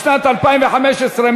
לשנת 2015,